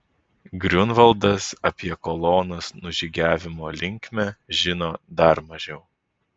griunvaldas apie kolonos nužygiavimo linkmę žino dar mažiau